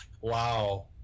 Wow